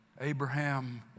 Abraham